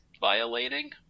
violating